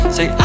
Say